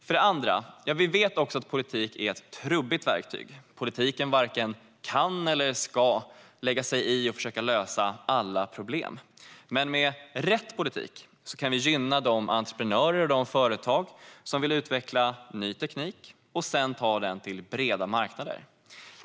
För det andra vet vi att politik är ett trubbigt verktyg. Politiken varken kan eller ska lägga sig i och försöka lösa alla problem, men med rätt politik kan vi gynna de entreprenörer och företag som vill utveckla ny teknik och sedan ta den till breda marknader.